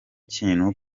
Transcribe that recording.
kintu